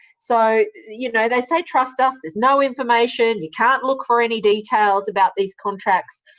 so you know they say, trust us. there's no information you can't look for any details about these contracts,